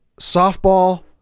softball